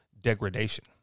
degradation